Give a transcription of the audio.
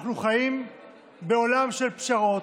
אנחנו חיים בעולם של פשרות.